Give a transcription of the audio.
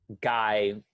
guy